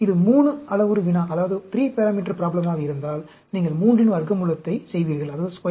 எனவே இது 3 அளவுரு வினாவாக இருந்தால் நீங்கள் 3 இன் வர்க்கமூலத்தைச் செய்வீர்கள் அதாவது 1